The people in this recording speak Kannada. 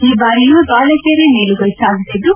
ಈ ಬಾರಿಯು ಬಾಲಕಿಯರೇ ಮೇಲುಗೈ ಸಾಧಿಸಿದ್ದು